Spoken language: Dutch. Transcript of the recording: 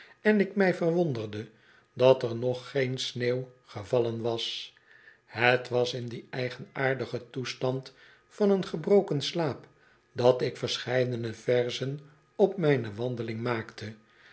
en ik mij verwonderde dat er nog geen sneeuw gevallen was het was in dien eigenaardigen toestand van een gebroken slaap dat ik verscheidene verzen op mijne wandeling maakte